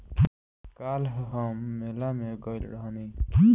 काल्ह हम मेला में गइल रहनी